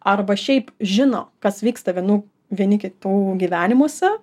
arba šiaip žino kas vyksta vienų vieni kitų gyvenimuose